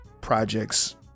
projects